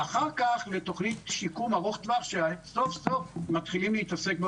ואחר כך לתוכנית שיקום ארוך טווח שסוף-סוף מתחילים להתעסק בה